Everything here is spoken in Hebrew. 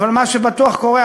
אבל מה שבטוח קורה,